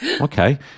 okay